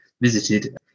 visited